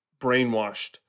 brainwashed